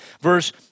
Verse